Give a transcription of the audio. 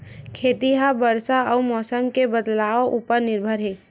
खेती हा बरसा अउ मौसम के बदलाव उपर निर्भर हे